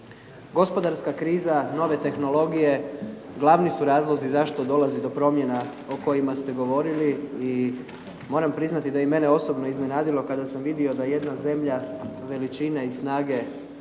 Gospodarska kriza nove tehnologije glavni su razlozi zašto dolazi do promjena o kojima ste govorili i moram priznati da je i mene osobno iznenadilo kada sam vidio da jedna zemlja veličine i snage